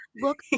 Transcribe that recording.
look